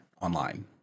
online